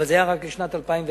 אבל זה היה רק לשנת 2009,